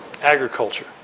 agriculture